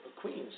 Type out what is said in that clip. Queens